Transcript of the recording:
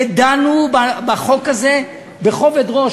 ודנו בחוק הזה בכובד ראש.